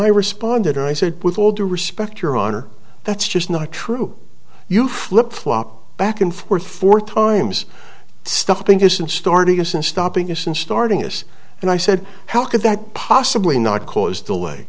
i responded and i said with all due respect your honor that's just not true you flip flop back and forth four times stopping isn't starting isn't stopping us and starting us and i said how could that possibly not cause delay